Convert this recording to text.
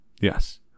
Yes